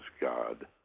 God